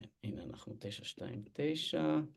והנה אנחנו, תשע, שתיים, תשע.